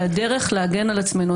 והדרך להגן על עצמו,